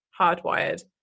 Hardwired